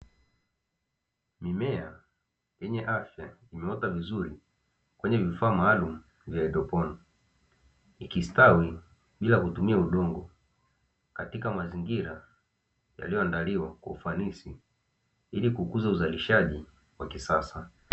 Mimea yenye afya imeota vizuri kwenye vifaa maalumu vya haidroponi, ikistawi bila kutumia udongo katika mazingira yaliyoandaliwa kwa ufanisi ili kukuza uzalishaji wa kisasa.